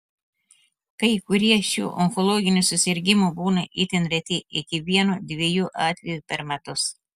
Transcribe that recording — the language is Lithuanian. kai kurie šių onkologinių susirgimų būna itin reti iki vieno dviejų atvejų per metus